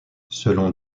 selon